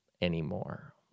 anymore